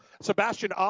Sebastian